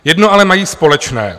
Jedno ale mají společné.